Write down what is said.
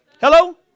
Hello